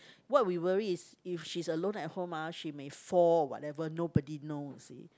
what we worry is if she's alone at home ah she may fall or whatever nobody knows you see